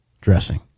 dressing